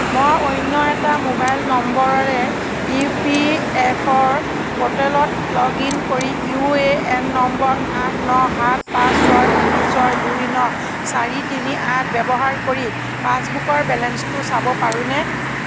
মই অন্য এটা ম'বাইল নম্বৰেৰে ই পি এফ অ'ৰ প'ৰ্টেলত লগ ইন কৰি ইউ এ এন নম্বৰ আঠ ন সাত পাঁচ ছয় তিনি ছয় দুই ন চাৰি তিনি আঠ ব্যৱহাৰ কৰি পাছবুকৰ বেলেঞ্চটো চাব পাৰোঁনে